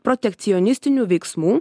protekcionistinių veiksmų